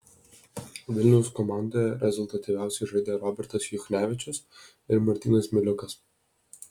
vilniaus komandoje rezultatyviausiai žaidė robertas juchnevičius ir martynas miliukas